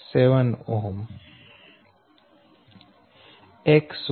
6623 160